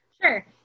Sure